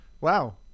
wow